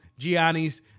Giannis